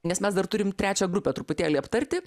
nes mes dar turim trečią grupę truputėlį aptarti